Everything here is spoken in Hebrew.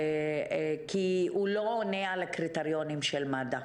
כי הוא לא עונה על הקריטריונים של מד"א.